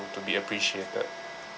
to be appreciated